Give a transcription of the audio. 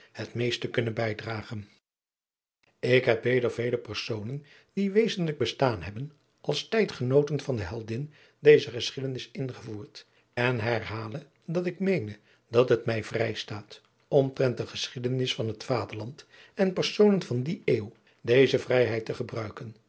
het meest te kunnen bijdragen ik heb weder vele personen die wezenlijk bestaan hebben als tijdgenooten van de heldin dezer geschiedenis ingevoerd en herhale dat ik meene dat het mij vrijstaat omtrent de geschiedenis van het vaderland en personen van die eeuw deze vrijheid te gebruiken